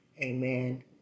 Amen